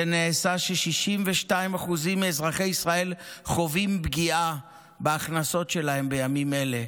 זה נעשה כש-62% מאזרחי ישראל חווים פגיעה בהכנסות שלהם בימים אלה,